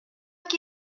qui